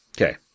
Okay